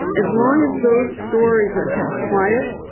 as long as those stories are kept quiet,